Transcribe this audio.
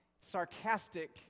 sarcastic